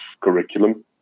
curriculum